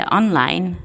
online